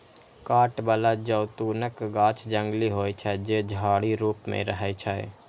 कांट बला जैतूनक गाछ जंगली होइ छै, जे झाड़ी रूप मे रहै छै